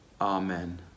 amen